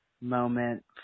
moment